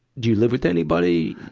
do you live with anybody?